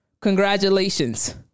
Congratulations